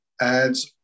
adds